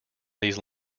these